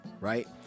right